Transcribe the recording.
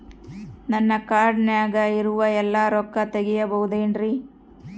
ನನ್ನ ಕಾರ್ಡಿನಾಗ ಇರುವ ಎಲ್ಲಾ ರೊಕ್ಕ ತೆಗೆಯಬಹುದು ಏನ್ರಿ?